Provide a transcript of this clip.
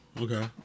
Okay